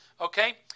okay